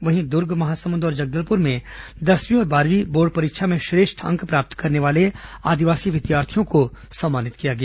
वहीं द्र्ग महासमुंद और जगदलपुर में दसवीं और बारहवीं बोर्ड परीक्षा में श्रेष्ठ अंक प्राप्त करने वाले आदिवासी विद्यार्थियों को सम्मानित किया गया